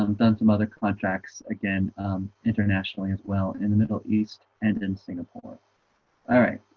um done some other contracts again internationally as well in the middle east and in singapore all right.